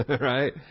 Right